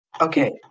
Okay